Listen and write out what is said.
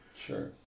Sure